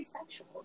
sexual